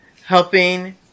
helping